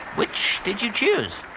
which did you choose?